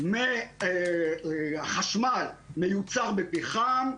מהחשמל מיוצר בפחם,